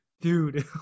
Dude